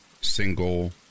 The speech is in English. single